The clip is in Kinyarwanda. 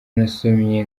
nasomye